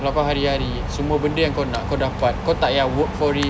kalau kau hari-hari semua benda yang kau nak kau dapat kau tak yah work for it